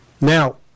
Now